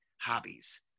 hobbies